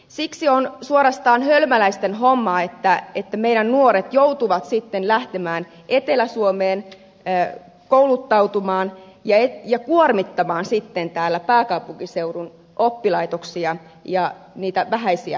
siksi on suorastaan hölmöläisten hommaa että meidän nuoret joutuvat sitten lähtemään etelä suomeen kouluttautumaan ja kuormittamaan sitten täällä pääkaupunkiseudun oppilaitoksia ja niitä vähäisiä paikkoja